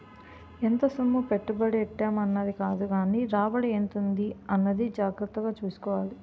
ఎంత సొమ్ము పెట్టుబడి ఎట్టేం అన్నది కాదుగానీ రాబడి ఎంతుంది అన్నది జాగ్రత్తగా సూసుకోవాలి